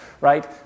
right